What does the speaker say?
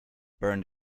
burnt